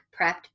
prepped